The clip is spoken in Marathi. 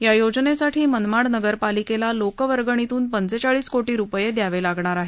या योजनेसाठी मनमाड नगरपालिकेला लोकवर्गणीतून पंचेचाळीस कोशीरुपये द्यावे लागणार आहेत